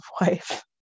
wife